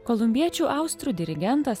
kolumbiečių austrų dirigentas